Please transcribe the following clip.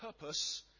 purpose